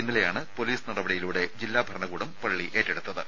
ഇന്നലെയാണ് പൊലീസ് നടപടിയിലൂടെ ജില്ലാ ഭരണകൂടം പള്ളി ഏറ്റെടുത്തത്